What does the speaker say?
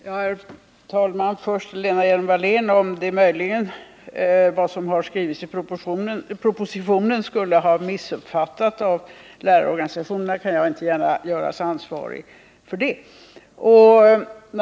Herr talman! Först några ord till Lena Hjelm-Wallén. Om det som har skrivits i propositionen skulle ha missuppfattats av lärarorganisationerna kan jag inte gärna göras ansvarig för det.